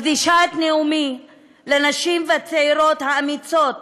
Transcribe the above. מקדישה את נאומי לנשים והצעירות האמיצות